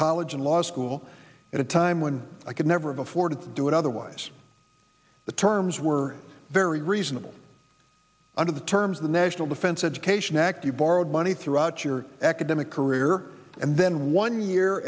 college and law school at a time when i could never before didn't do it otherwise the terms were very reasonable under the terms of the national defense education act you borrowed money throughout your academic career and then one year